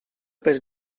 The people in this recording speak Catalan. pel